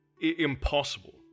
impossible